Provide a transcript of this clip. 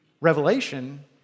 Revelation